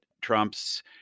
Trump's